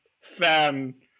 fan